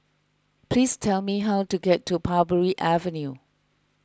please tell me how to get to Parbury Avenue